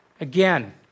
again